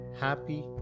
happy